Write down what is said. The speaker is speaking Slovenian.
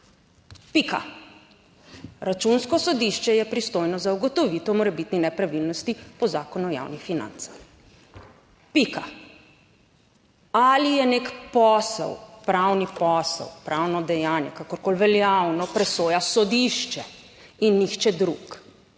pika. Računsko sodišče je pristojno za ugotovitev morebitnih nepravilnosti po Zakonu o javnih financah, pika. Ali je nek posel, pravni posel, pravno dejanje, kakorkoli veljavno, presoja sodišče in nihče drug,